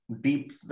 deep